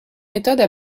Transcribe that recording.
méthodes